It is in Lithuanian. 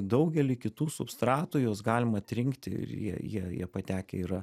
daugely kitų substratų juos galima atrinkti ir jie jie jie patekę yra